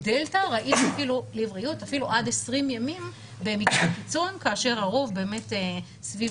בדלתא ראינו אפילו עד 20 ימים במקרי קיצון כאשר הרוב באמת סביב